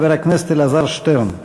חבר הכנסת אלעזר שטרן.